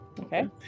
okay